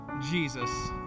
Jesus